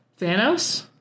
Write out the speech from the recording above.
Thanos